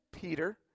Peter